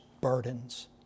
burdens